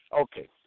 okay